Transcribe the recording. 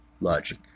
logic